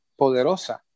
poderosa